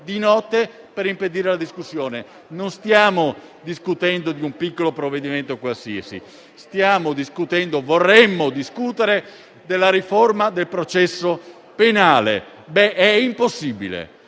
di notte per impedire la discussione. Non stiamo discutendo di un piccolo provvedimento qualsiasi; stiamo discutendo, o meglio vorremmo discutere, della riforma del processo penale. Ebbene, è impossibile,